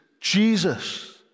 Jesus